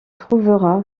trouvera